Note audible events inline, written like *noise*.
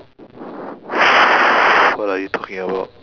*noise* what are you talking about